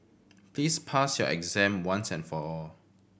please pass your exam once and for all